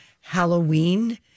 Halloween